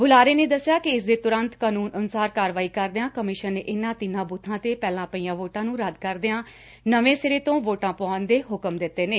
ਬੁਲਾਰੇ ਨੇ ਦਸਿਆ ਕਿ ਇਸ ਦੇ ਤੁਰੰਤ ਕਾਨੰਨ ਅਨੁਸਾਰ ਕਾਰਵਾਈ ਕਰਦਿਆਂ ਕਮਿਸ਼ਨ ਨੇ ਇੰਨਾਂ ਤਿੰਨਾਂ ਬੁਬਾਂ ਤੇ ਪਹਿਲਾਂ ਪਈਆ ਵੋਟਾ ਨੂੰ ਰੱਦ ਕਰਦਿਆ ਨਵੇ ਂ ਸਿਰੇ ਤੋ ਵੋਟਾ ਪੁਆਉਣ ਦੇ ਹੁਕਮ ਦਿੱਡੇ ਨੇ